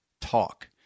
talk